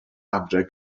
adre